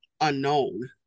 unknown